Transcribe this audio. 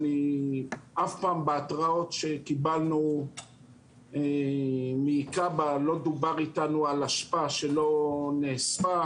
שאף פעם בהתראות שקיבלנו מכב"א לא דובר איתנו על אשפה שלא נאספה.